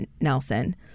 Nelson